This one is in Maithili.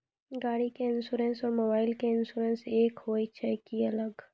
गाड़ी के इंश्योरेंस और मोबाइल के इंश्योरेंस एक होय छै कि अलग?